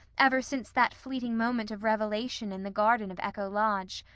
ever since that fleeting moment of revelation in the garden of echo lodge.